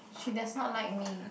she does not like me